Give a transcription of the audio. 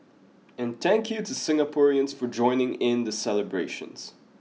and thank you to Singaporeans for joining in the celebrations